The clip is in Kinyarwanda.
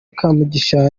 kamugisha